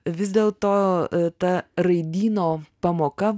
vis dėl to ta raidyno pamoka